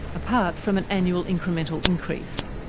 apart from an annual incremental increase.